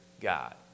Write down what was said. God